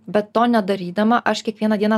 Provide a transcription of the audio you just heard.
bet to nedarydama aš kiekvieną dieną